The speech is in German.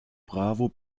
bravo